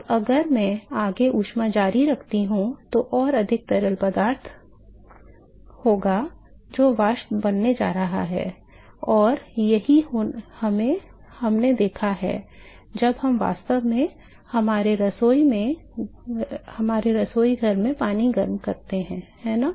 अब अगर मैं आगे ऊष्मा जारी रखता हूं तो और अधिक तरल पदार्थ होगा जो वाष्प बनने जा रहा है और यही हमने देखा है जब हम वास्तव में हमारे रसोई घर में पानी गर्म करते हैं है ना